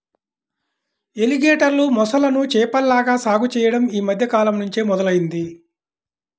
ఎలిగేటర్లు, మొసళ్ళను చేపల్లాగా సాగు చెయ్యడం యీ మద్దె కాలంనుంచే మొదలయ్యింది